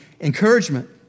encouragement